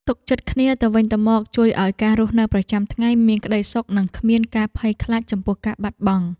ទុកចិត្តគ្នាទៅវិញទៅមកជួយឱ្យការរស់នៅប្រចាំថ្ងៃមានក្តីសុខនិងគ្មានការភ័យខ្លាចចំពោះការបាត់បង់។